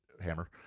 Hammer